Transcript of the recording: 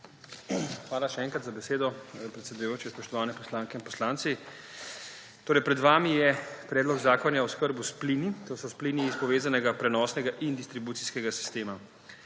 Hvala še enkrat za besedo, predsedujoči. Spoštovane poslanke in poslanci! Pred vami je Predlog zakona o oskrbi s plini, to so plini iz povezanega prenosnega in distribucijskega sistema.